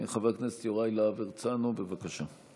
חבר הכנסת יוראי להב הרצנו, בבקשה.